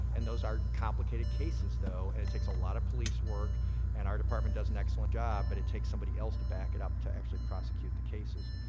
and those are complicated cases, though, and it takes a lot of police work an our department does an excellent job but it takes some else to back it up to actually prosecute the cases.